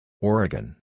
Oregon